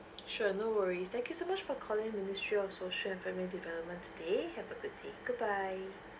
sure no worries thank you so much for calling ministry of social and family development today have a good day goodbye